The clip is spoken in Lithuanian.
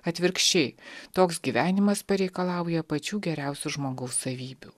atvirkščiai toks gyvenimas pareikalauja pačių geriausių žmogaus savybių